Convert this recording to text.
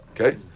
Okay